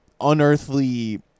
unearthly